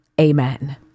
Amen